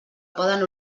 poden